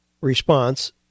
response